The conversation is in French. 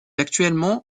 actuellement